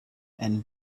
and